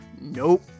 nope